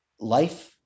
life